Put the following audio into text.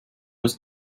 was